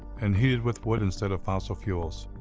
and heated with wood instead of fossil fuels.